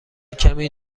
کمی